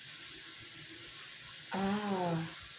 uh